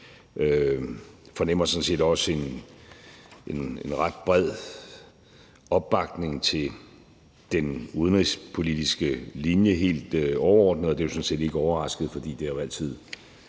fornemmer sådan set også en ret bred opbakning til den udenrigspolitiske linje helt overordnet, og det er sådan set ikke overraskende, for det har jo altid